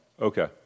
Okay